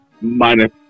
Minus